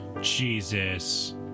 Jesus